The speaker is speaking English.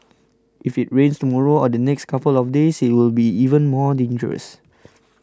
if it rains tomorrow or the next couple of days it will be even more dangerous